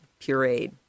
pureed